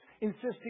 insisting